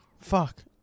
Fuck